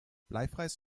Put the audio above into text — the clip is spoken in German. bleifreies